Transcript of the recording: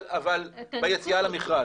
אבל ביציאה למכרז.